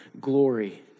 glory